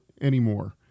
anymore